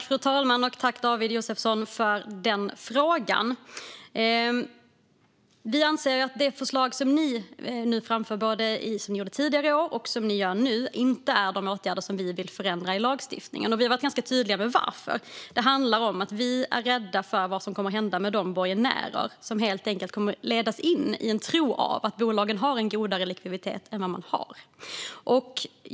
Fru talman! Tack, David Josefsson, för frågan! Vi anser att det förslag som ni framför, både tidigare i år och nu, inte innehåller de åtgärder som vi vill genomföra för att förändra lagstiftningen. Vi har också varit ganska tydliga med varför. Vi är rädda för vad som kommer att hända med de borgenärer som leds in i tron att bolagen har bättre likviditet än de har.